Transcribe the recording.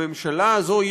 הממשלה הזאת,